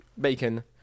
bacon